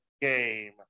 game